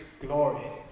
glory